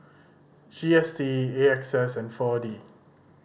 G S T A X S and Four D